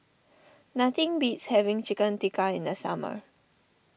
nothing beats having Chicken Tikka in the summer